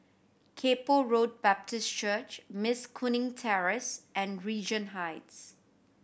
Kay Poh Road Baptist Church Mas Kuning Terrace and Regent Heights